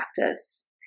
practice